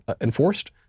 enforced